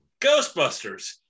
Ghostbusters